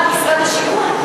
לעומת משרד השיכון,